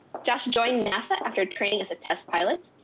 josh joined nasa after training as a test pilot,